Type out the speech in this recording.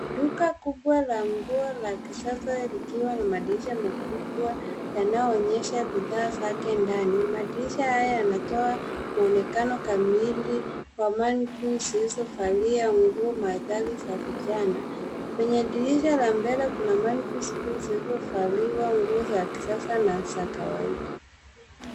Duka kubwa la nguo la kisasa likiwa na madirisha makubwa, yanayoonyesha bidhaa zake ndani. Madirisha hayo yanatoa mwonekano kamili wa mannequins zilizovalia nguo maridadi za vijana. Kwenye dirisha la mbele kuna mannequins zilizovaliwa nguo za kisasa na za kawaida.